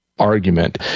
Argument